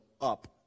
up